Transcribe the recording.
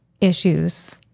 issues